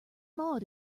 murad